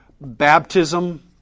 baptism